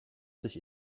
sich